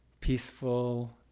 peaceful